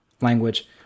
language